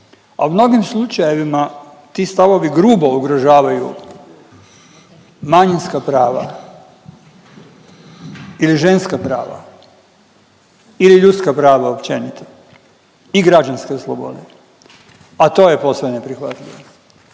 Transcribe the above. a u mnogim slučajevima ti stavovi grubo ugrožavaju manjinska prava ili ženska prava ili ljudska prava općenito i građanske slobode, a to je posve neprihvatljivo.